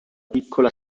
piccola